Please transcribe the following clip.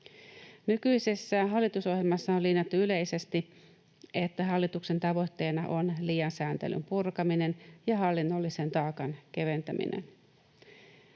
Nykyisessä hallitusohjelmassa on linjattu yleisesti, että hallituksen tavoitteena on liian sääntelyn purkaminen ja hallinnollisen taakan keventäminen.